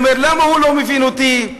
אומר: למה הוא לא מבין אותי?